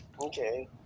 Okay